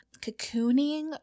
cocooning